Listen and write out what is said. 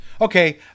Okay